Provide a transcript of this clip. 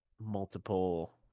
multiple